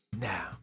now